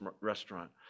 restaurant